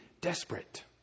desperate